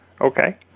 Okay